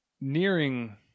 nearing